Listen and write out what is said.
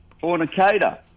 fornicator